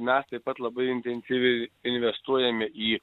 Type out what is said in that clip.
mes taip pat labai intensyviai investuojame į